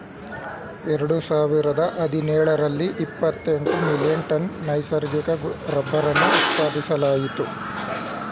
ಎರಡು ಸಾವಿರದ ಹದಿನೇಳರಲ್ಲಿ ಇಪ್ಪತೆಂಟು ಮಿಲಿಯನ್ ಟನ್ ನೈಸರ್ಗಿಕ ರಬ್ಬರನ್ನು ಉತ್ಪಾದಿಸಲಾಯಿತು